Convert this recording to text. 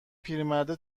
پیرمرده